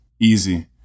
easy